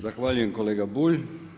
Zahvaljujem kolega Bulj.